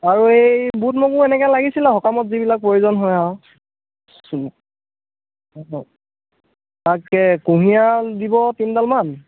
আৰু এই বুট মগু এনেকৈ লাগিছিলে সকামত যিবিলাক প্ৰয়োজন হয় আৰু তাকে কুঁহিয়াৰ দিব তিনিডালমান